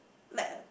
like a